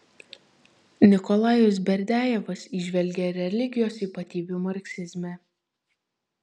nikolajus berdiajevas įžvelgė religijos ypatybių marksizme